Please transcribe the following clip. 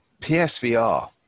PSVR